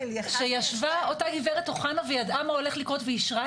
אמילי --- שישבה אותה גברת אוחנה וידעה מה הולך לקרות ואישרה את זה?